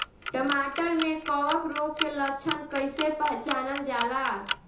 टमाटर मे कवक रोग के लक्षण कइसे पहचानल जाला?